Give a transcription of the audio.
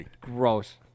Gross